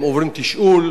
הם עוברים תשאול,